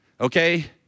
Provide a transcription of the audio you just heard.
okay